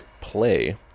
play